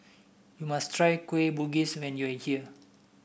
you must try Kueh Bugis when you are here